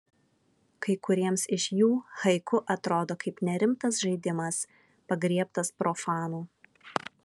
kai kuriems iš jų haiku atrodo kaip nerimtas žaidimas pagriebtas profanų